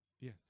yes